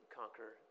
conquer